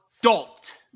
adult